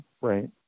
Right